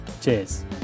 Cheers